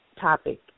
topic